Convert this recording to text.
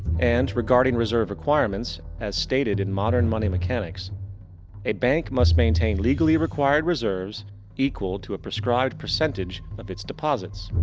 and, regarding reserve requirements as stated in modern money mechanics a bank must maintain legally required reserves equal to a prescribed percentage of its deposits.